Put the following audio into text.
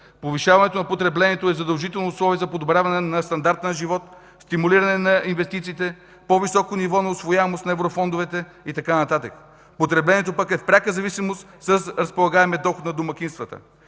Повишаването на потреблението е задължително условие за подобряване на стандарта на живот, стимулиране на инвестициите, по-високо ниво на усвояемост на еврофондове и т. н. Потреблението пък е в пряка зависимост с разполагаемия доход на домакинствата.